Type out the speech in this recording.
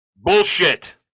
bullshit